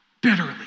bitterly